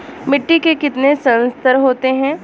मिट्टी के कितने संस्तर होते हैं?